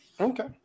Okay